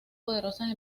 poderosas